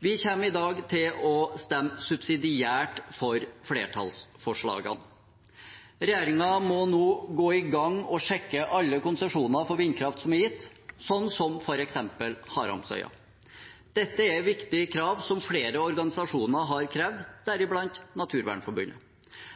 Vi kommer i dag til stemme subsidiært for flertallsforslagene. Regjeringen må nå gå i gang og sjekke alle konsesjoner for vindkraft som er gitt, som f.eks. Haramsøya. Dette er viktige krav som flere organisasjoner har krevd, deriblant Naturvernforbundet.